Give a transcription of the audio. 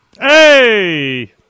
Hey